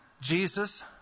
Jesus